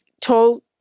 told